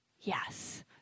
Yes